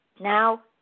Now